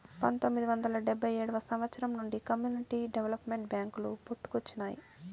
పంతొమ్మిది వందల డెబ్భై ఏడవ సంవచ్చరం నుండి కమ్యూనిటీ డెవలప్మెంట్ బ్యేంకులు పుట్టుకొచ్చినాయి